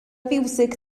fiwsig